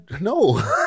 no